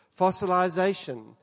fossilization